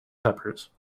peppers